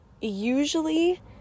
usually